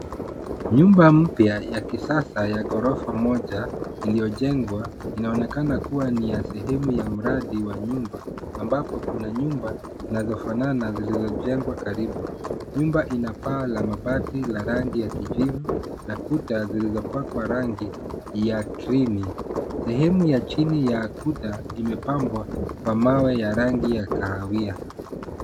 Nyumba mpya ya kisasa ya ghorofa moja iliyojengwa inaonekana kuwa ni ya sehemu ya mradi wa nyumba ambapo kuna nyumba zinazofanana zilizojengwa karibu. Nyumba ina paa la mabati la rangi ya kijivu iliyopakwa rangi ya krimi .Sehemu ya chini ya kuta imepambwa kwa mawe ya rangi ya kahawia.